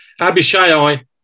Abishai